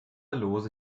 lose